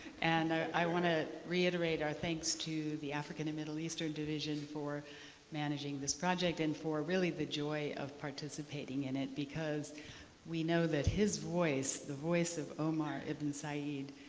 and i want to reiterate our thanks to the african and middle eastern division for managing this project and for really the joy of participating in it. because we know that his voice, voice, the voice of omar ibn said,